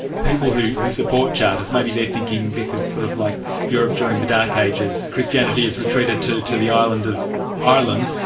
people who who support charters, maybe they're thinking this is sort of like europe during the dark ages. christianity has retreated to to the island of ireland,